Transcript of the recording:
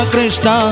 Krishna